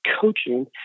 coaching